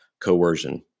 coercion